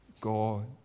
god